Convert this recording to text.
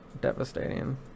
devastating